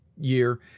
year